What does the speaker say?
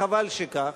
וחבל שכך.